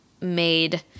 made